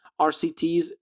RCTs